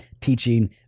teaching